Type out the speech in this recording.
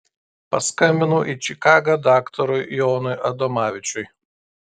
paskambinau į čikagą daktarui jonui adomavičiui